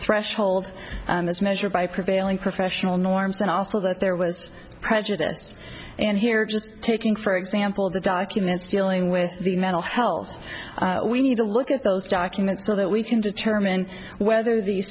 threshold as measured by prevailing professional norms and also that there was prejudice and here just taking for example the documents dealing with the mental health we need to look at those documents so that we can determine whether the